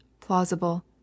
plausible